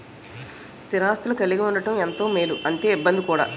స్థిర ఆస్తులు కలిగి ఉండడం ఎంత మేలో అంతే ఇబ్బంది కూడా